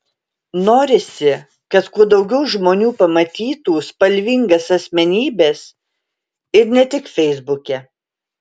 norisi kad kuo daugiau žmonių pamatytų spalvingas asmenybes ir ne tik feisbuke